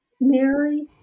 Mary